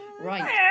right